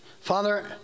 Father